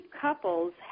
couples